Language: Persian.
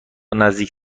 نزدیک